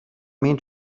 mean